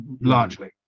largely